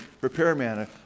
repairman